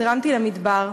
הדרמתי למדבר,